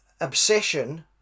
obsession